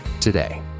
today